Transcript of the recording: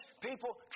people